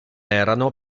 erano